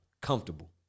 Comfortable